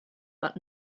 but